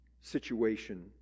situation